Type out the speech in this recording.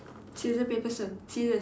scissors paper stone scissors